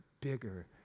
bigger